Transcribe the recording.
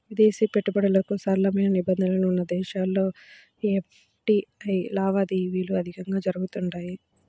విదేశీ పెట్టుబడులకు సరళమైన నిబంధనలు ఉన్న దేశాల్లో ఎఫ్డీఐ లావాదేవీలు అధికంగా జరుగుతుంటాయి